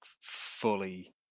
fully